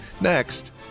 next